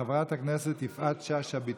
חברת הכנסת יפעת שאשא ביטון,